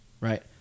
Right